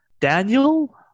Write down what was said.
Daniel